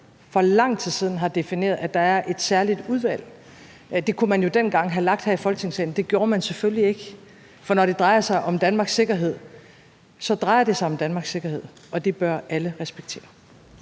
for lang tid siden har defineret, at der er et særligt udvalg. Det kunne man jo dengang have lagt her i Folketingssalen. Det gjorde man selvfølgelig ikke, for når det drejer sig om Danmarks sikkerhed, drejer det sig om Danmarks sikkerhed, og det bør alle respektere.